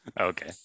Okay